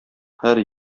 һәр